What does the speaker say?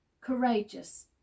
courageous